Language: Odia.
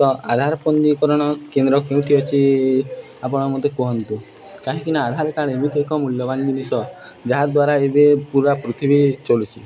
ତ ଆଧାର ପଞ୍ଜୀକରଣ କେନ୍ଦ୍ର କେଉଁଠି ଅଛି ଆପଣ ମୋତେ କୁହନ୍ତୁ କାହିଁକି ଆଧାର କାର୍ଡ଼ ଏମିତି ଏକ ମୂଲ୍ୟବାନ ଜିନିଷ ଯାହାଦ୍ୱାରା ଏବେ ପୁରା ପୃଥିବୀ ଚଲୁଛି